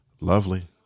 Lovely